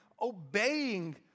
obeying